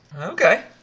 Okay